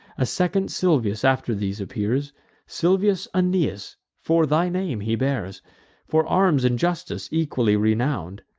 a second silvius after these appears silvius aeneas, for thy name he bears for arms and justice equally renown'd,